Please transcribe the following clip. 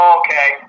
okay